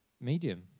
medium